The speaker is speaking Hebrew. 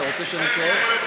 אתה רוצה שאני אשאר?